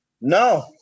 No